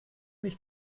mich